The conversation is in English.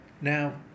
Now